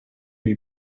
lui